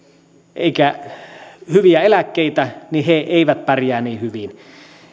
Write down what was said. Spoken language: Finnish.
eikä hyviä eläkkeitä eivät pärjää niin hyvin